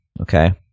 Okay